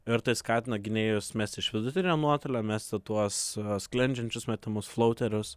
ir tai skatina gynėjus mesti iš vidutinio nuotolio mesti tuos sklendžiančius metimus flauterius